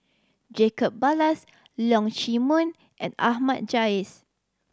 Jacob Ballas Leong Chee Mun and Ahmad Jais